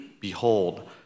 behold